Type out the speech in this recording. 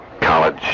College